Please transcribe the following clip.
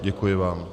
Děkuji vám.